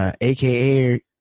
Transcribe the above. aka